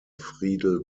friedel